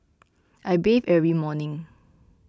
I bathe every morning